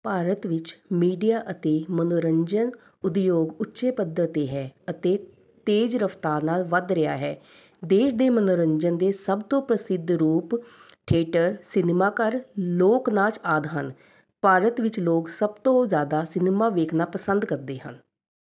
ਭਾਰਤ ਵਿੱਚ ਮੀਡੀਆ ਅਤੇ ਮਨੋਰੰਜਨ ਉਦਯੋਗ ਉੱਚੇ ਪੱਧਰ ਦੇ ਹੈ ਅਤੇ ਤੇਜ਼ ਰਫਤਾਰ ਨਾਲ ਵੱਧ ਰਿਹਾ ਹੈ ਦੇਸ਼ ਦੇ ਮਨੋਰੰਜਨ ਦੇ ਸਭ ਤੋਂ ਪ੍ਰਸਿੱਧ ਰੂਪ ਖੇਡਾਂ ਸਿਨੇਮਾ ਘਰ ਲੋਕ ਨਾਚ ਆਦਿ ਹਨ ਭਾਰਤ ਵਿੱਚ ਲੋਕ ਸਭ ਤੋਂ ਜ਼ਿਆਦਾ ਸਿਨੇਮਾ ਵੇਖਣਾ ਪਸੰਦ ਕਰਦੇ ਹਨ